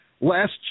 Last